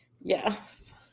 Yes